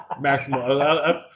Maximum